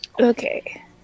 Okay